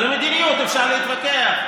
על המדיניות אפשר להתווכח,